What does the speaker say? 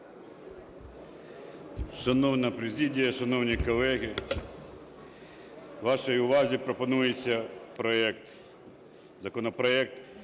Шановна президія, шановні колеги, вашій увазі пропонується проект,